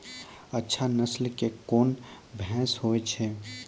अच्छा नस्ल के कोन भैंस होय छै?